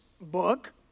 book